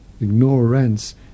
Ignorance